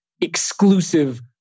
exclusive